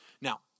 Now